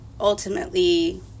ultimately